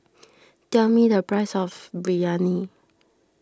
tell me the price of Biryani